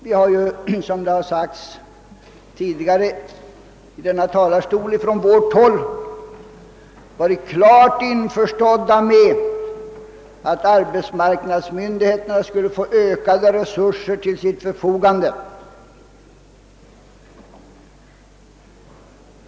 Vi har från vårt håll, såsom framhållits tidigare från denna talarstol, varit klart införstådda med att arbetsmarknadsmyndigheterna skulle få ökade resurser till sitt förfogande.